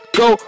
go